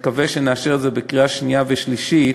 שנאשר את זה בקריאה שנייה ובקריאה שלישית,